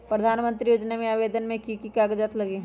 प्रधानमंत्री योजना में आवेदन मे की की कागज़ात लगी?